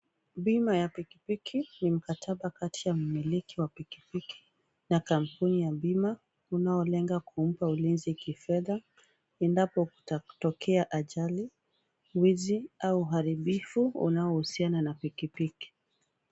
Bima ya piki piki ni mataba kati ya mmiliki wa piki piki na kampuni ya bima, unaolenga kumpa ulinzi kifedha endapo kutatokea ajali, wizi au uharibifu unaohusiana na piki piki.